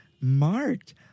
marked